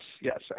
yes